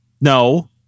No